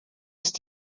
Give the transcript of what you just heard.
ist